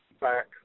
back